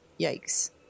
Yikes